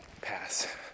pass